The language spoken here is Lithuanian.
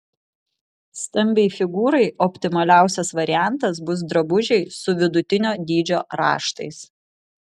stambiai figūrai optimaliausias variantas bus drabužiai su vidutinio dydžio raštais